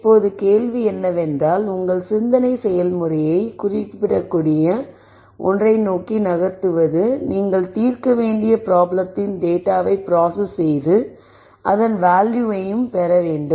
இப்போது கேள்வி என்னவென்றால் உங்கள் சிந்தனை செயல்முறையை குறியிடக்கூடிய ஒன்றை நோக்கி நகர்த்துவது நீங்கள் தீர்க்க வேண்டிய ப்ராப்ளத்தின் டேட்டாவை பிராசஸ் செய்து அதன் வேல்யூவை பெற முடியும்